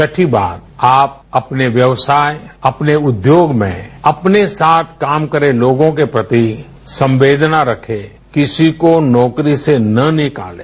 छठी बात आप अपने व्यक्ताय अपने रद्योग में अपने साथ काम कर रहे लोगों के प्रति संवेदना रखे किसी को नौकरी से न निकालें